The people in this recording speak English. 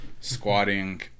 squatting